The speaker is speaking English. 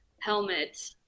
helmet